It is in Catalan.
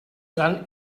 seran